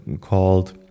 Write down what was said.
called